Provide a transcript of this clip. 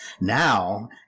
now